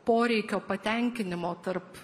poreikio patenkinimo tarp